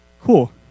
Cool